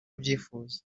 abyifuza